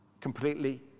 completely